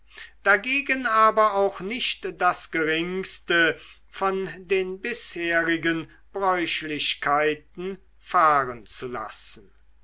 dagegen aber auch nicht das geringste von den bisherigen bräuchlichkeiten fahren zu lassen